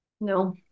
No